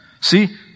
See